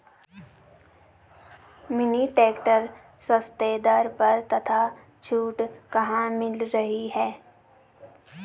Mini tractor सस्ते दर पर तथा छूट कहाँ मिल रही है?